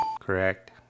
Correct